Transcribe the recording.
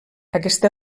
aquesta